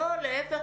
לא, להפך.